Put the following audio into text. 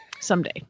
someday